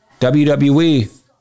WWE